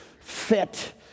fit